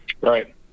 Right